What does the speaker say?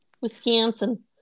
Wisconsin